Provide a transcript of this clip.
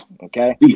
okay